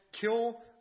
kill